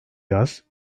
yaz